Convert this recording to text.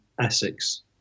Essex